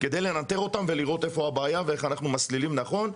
כדי לנטר אותם ולראות איפה הבעיה ואיך אנחנו מסלילים נכון.